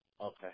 Okay